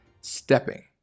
stepping